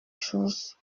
chose